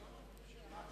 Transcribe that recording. ההצעה